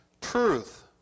Truth